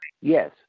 yes